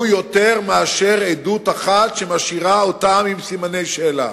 יותר מאשר עדות אחת שמשאירה אותם עם סימני שאלה,